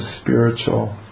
spiritual